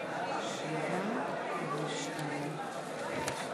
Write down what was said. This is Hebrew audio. והתוצאות